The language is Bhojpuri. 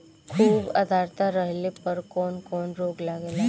खुब आद्रता रहले पर कौन कौन रोग लागेला?